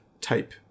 type